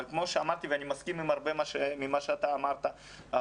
אני מסכים עם הרבה ממה שאתה אמרת,